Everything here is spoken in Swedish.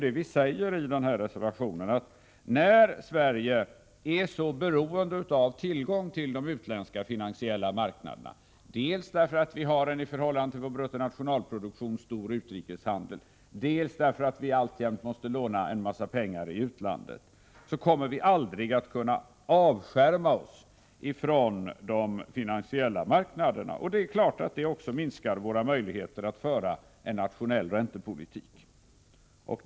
Det vi säger i den här reservationen är ju att så länge Sverige är så beroende av tillgången till de utländska finansiella marknaderna — dels därför att Sverige har en i förhållande till bruttonationalproduktionen stor utrikeshandel, dels därför att Sverige alltjämt måste låna en massa pengar i utlandet — så kommer Sverige aldrig att kunna avskärma sig från de finansiella marknaderna. Det är klart att det också minskar våra möjligheter att föra en nationell räntepolitik.